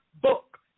book